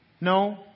no